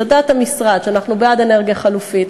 זאת דעת המשרד שאנחנו בעד אנרגיה חלופית,